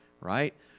right